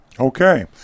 Okay